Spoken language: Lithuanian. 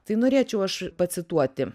tai norėčiau aš pacituoti